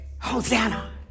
hosanna